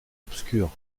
obscur